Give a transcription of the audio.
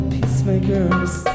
Peacemakers